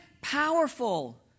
powerful